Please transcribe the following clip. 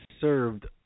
served